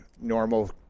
Normal